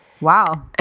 Wow